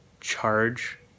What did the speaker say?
charge